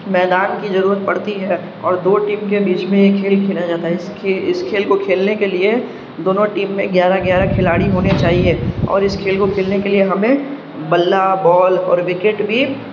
میدان کی ضرورت پڑتی ہے اور دو ٹیم کے بیچ میں یہ کھیل کھیلا جاتا ہے اس اس کھیل کو کھیلنے کے لیے دونوں ٹیم میں گیارہ گیارہ کھلاڑی ہونے چاہیے اور اس کھیل کو کھیلنے کے لیے ہمیں بلا بال اور وکٹ بھی